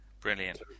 Brilliant